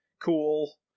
cool